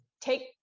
take